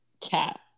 cat